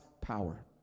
power